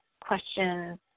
questions